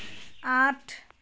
আঠ